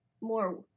more